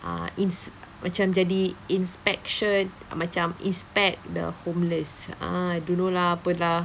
err inspe~ macam jadi inspection macam inspect the homeless ah I don't know lah apa lah